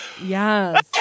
Yes